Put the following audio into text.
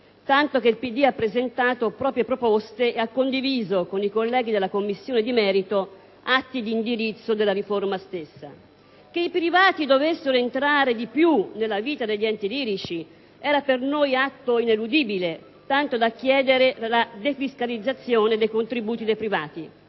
Democratico ha presentato proprie proposte e ha condiviso, con i colleghi della Commissione di merito, atti di indirizzo della riforma stessa. Che i privati dovessero entrare di più nella vita degli enti lirici era per noi atto ineludibile, tanto da chiedere la defiscalizzazione dei contributi dei privati.